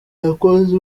yakoze